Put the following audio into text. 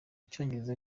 cyongereza